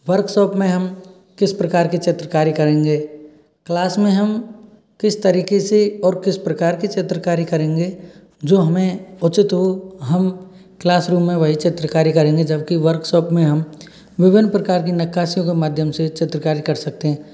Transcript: workshop में हम किस प्रकार की चित्रकारी करेंगे क्लास में हम किस तरीके से और किस प्रकार की चित्रकारी करेंगे जो हमें उचित हो हम क्लासरूम में वही चित्रकारी करेंगे जबकि वर्कशॉप में हम विभिन्न प्रकार की नक्काशियों के माध्यम से चित्रकारी कर सकते हैं